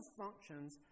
functions